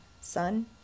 sun